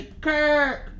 Kirk